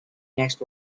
next